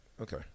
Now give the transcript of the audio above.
Okay